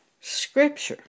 scripture